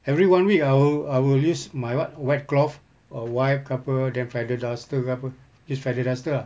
every one week I'll I'll use my what white cloth err wipe ke apa then feather duster ke apa use feather duster ah